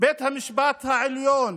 בית המשפט העליון